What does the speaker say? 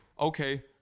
okay